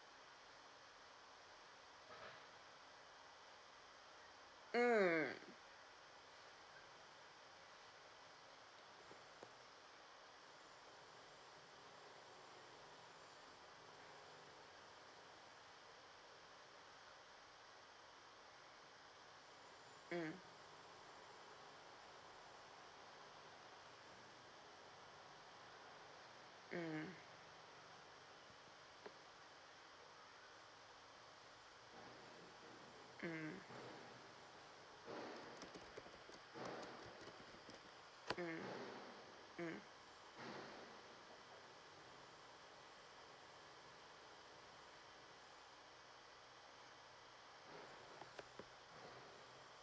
mm mm mm mm mm mm